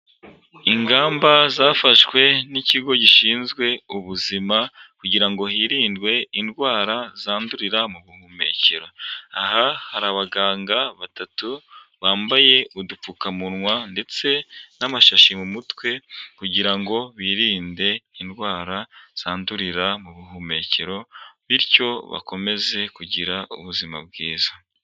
Ingamba zafashwe n'ikigo gishinzwe ubuzima, kugira ngo hirindwe indwara zandurira mubuhumekero, aha hari abaganga batatu bambaye udupfukamunwa ndetse n'amashashi mu mutwe, kugira ngo birinde indwara zandurira mu buhumekero, bityo bakomeze kugira ubuzima bwiza.